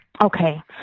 Okay